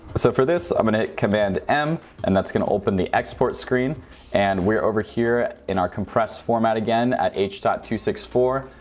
so for this i'm gonna command m and that's going to open the export screen and we're over here in our compress format again at h point two six four.